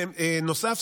בנוסף,